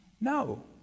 No